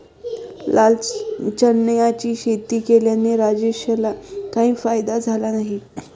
लाल चण्याची शेती केल्याने राजेशला काही फायदा झाला नाही